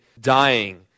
dying